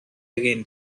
again